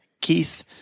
Keith